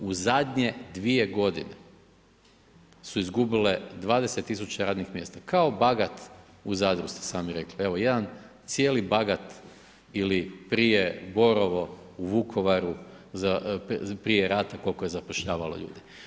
U zadnje 2 godine su izgubile 20 000 radnih mjesta, kao Bagat u Zadru ste sami rekli, evo jedan cijeli Bagat ili prije Borovo u Vukovaru prije rata koliko je zapošljavalo ljude.